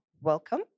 Welcome